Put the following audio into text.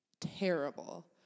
terrible